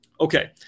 Okay